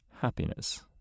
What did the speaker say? happiness